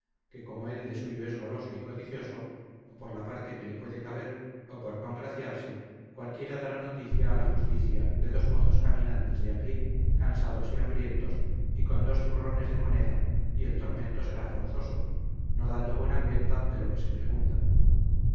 que como él de suyo es goloso y codicioso o por la parte que le puede caber o por congraciarse cualquiera dará noticia a la justicia de dos mozos caminantes de a pie cansados y hambrientos y con dos zurrones de moneda y el tormento será forzoso no dando buena cuenta de lo que se pregunta